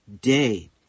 day